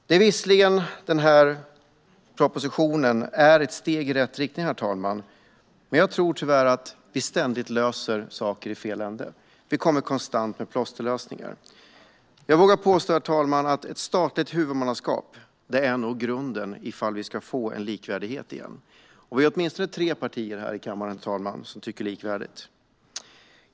Den här propositionen är visserligen ett steg i rätt riktning, men jag tror tyvärr att vi ständigt löser saker i fel ände. Vi kommer konstant med plåsterlösningar. Jag vågar påstå att ett statligt huvudmannaskap är grunden om vi återigen ska få likvärdighet. Vi är åtminstone tre partier här i kammaren som tycker likadant.